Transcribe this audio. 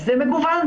זה מגוון.